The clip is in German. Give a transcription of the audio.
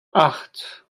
acht